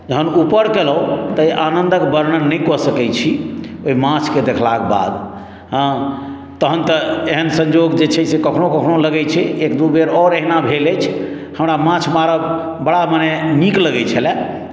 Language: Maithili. जहन ऊपर केलहुँ ताहि आनन्दक वर्णन नहि कऽ सकैत छी ओहि माछकेँ देखलाक बाद हँ तहन तऽ एहन संयोग जे छै से कखनहु कखनहु लगैत छै एक दू बेर आओर अहिना भेल अछि हमरा माछ मारय बड़ा मने नीक लगैत छले